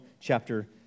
chapter